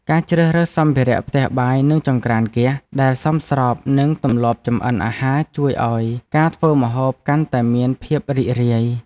ការជ្រើសរើសសម្ភារៈផ្ទះបាយនិងចង្ក្រានហ្គាសដែលសមស្របនឹងទម្លាប់ចម្អិនអាហារជួយឱ្យការធ្វើម្ហូបកាន់តែមានភាពរីករាយ។